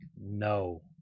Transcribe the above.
no